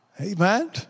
Amen